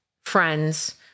friends